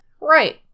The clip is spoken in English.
Right